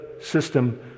system